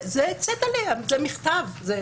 זה צטלה, זה מכתב, זה